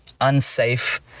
unsafe